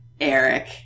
Eric